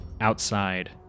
outside